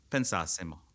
Pensassimo